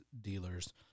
dealers